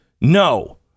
No